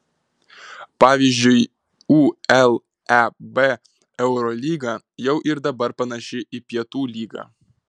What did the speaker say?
pavyzdžiui uleb eurolyga jau ir dabar panaši į pietų lygą